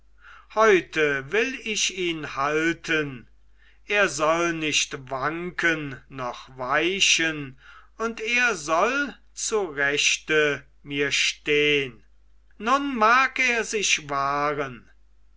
heute will ich ihn halten er soll nicht wanken noch weichen und er soll zu rechte mir stehn nun mag er sich wahren